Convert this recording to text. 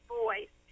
voice